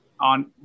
on